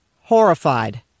horrified